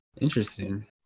interesting